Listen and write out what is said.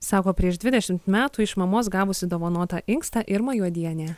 sako prieš dvidešimt metų iš mamos gavusi dovanotą inkstą irma juodienė